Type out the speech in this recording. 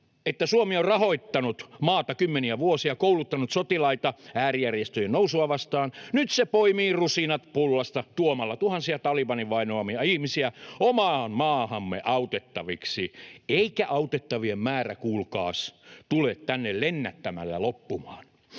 että Suomi on rahoittanut maata kymmeniä vuosia, kouluttanut sotilaita äärijärjestöjen nousua vastaan — nyt se poimii rusinat pullasta tuomalla tuhansia Talibanin vainoamia ihmisiä omaan maahamme autettaviksi. Ei autettavien määrä kuulkaas tule tänne lennättämällä loppumaan.